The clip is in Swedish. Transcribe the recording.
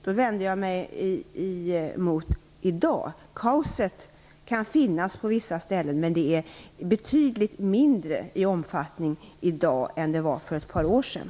Då vänder jag mig emot "i dag". Kaoset kan finnas på vissa ställen, men det är av betydligt mindre omfattning i dag än det var för ett par år sedan.